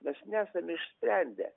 mes nesam išsprendę